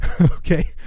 Okay